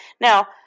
Now